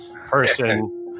person